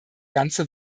ganze